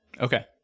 Okay